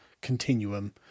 continuum